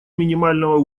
минимального